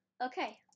okay